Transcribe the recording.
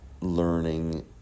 learning